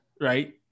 right